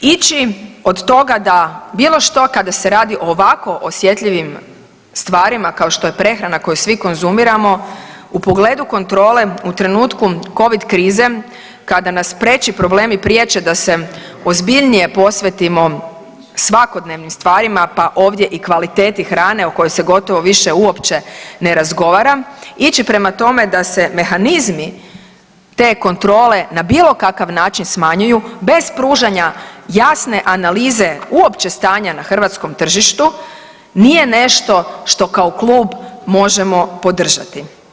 Međutim, ići od toga da bilo što kada se radi o ovako osjetljivim stvarima kao što je prehrana koju svi konzumiramo, u pogledu kontrole, u trenutku COVID krize, kada nas preći problemi priječe da se ozbiljnije posvetimo svakodnevnim stvarima, pa ovdje i kvaliteti hrane o kojoj se gotovo više uopće ne razgovara, ići prema tome da se mehanizmi te kontrole na bilokakav način smanjuju, bez pružanja jasne analize uopće stanja na hrvatskom tržištu, nije nešto što kao klub možemo podržati.